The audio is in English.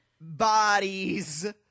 Bodies